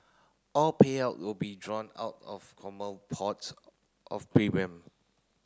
all payout will be drawn out of pots of premium